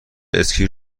اسکی